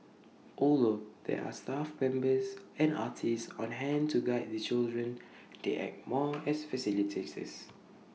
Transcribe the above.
although there are staff members and artists on hand to guide the children they act more as facilitators